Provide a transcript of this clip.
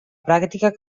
pràctica